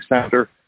center